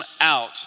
out